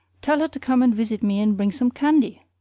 tell her to come and visit me and bring some candy,